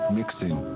mixing